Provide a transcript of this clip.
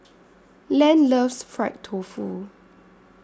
Len loves Fried Tofu